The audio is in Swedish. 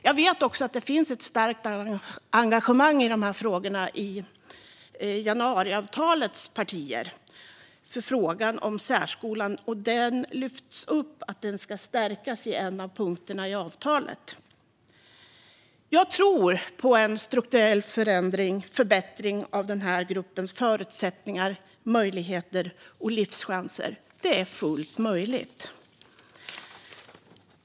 Jag vet också att det finns ett starkt engagemang i frågan om särskolan hos januariavtalets partier. Att särskolan ska stärkas lyfts upp i en av punkterna i avtalet. Jag tror på en strukturell förändring och förbättring av den här gruppens förutsättningar, möjligheter och livschanser. Det är fullt möjligt.